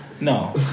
no